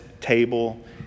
table